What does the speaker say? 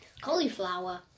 Cauliflower